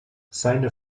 seine